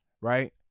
right